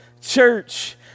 church